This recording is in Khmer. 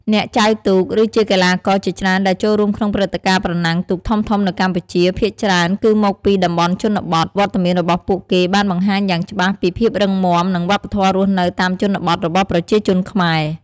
អ្នកចែវទូក ឬជាកីឡាករជាច្រើនដែលចូលរួមក្នុងព្រឹត្តិការណ៍ប្រណាំងទូកធំៗនៅកម្ពុជា ភាគច្រើនគឺមកពីតំបន់ជនបទ វត្តមានរបស់ពួកគេបានបង្ហាញយ៉ាងច្បាស់ពីភាពរឹងមាំ និងវប្បធម៌រស់នៅតាមជនបទរបស់ប្រជាជនខ្មែរ។